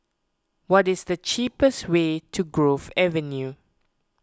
what is the cheapest way to Grove Avenue